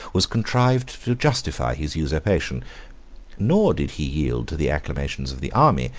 was contrived to justify his usurpation nor did he yield to the acclamations of the army,